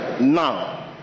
Now